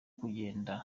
kugenda